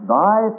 Thy